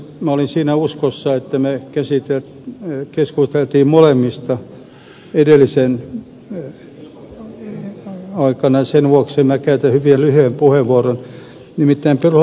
minä olin siinä uskossa että me keskustelimme molemmista edellisen aikana sen vuoksi minä käytän hyvin lyhyen puheenvuoron